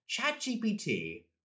ChatGPT